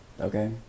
Okay